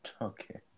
Okay